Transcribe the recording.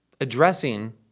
addressing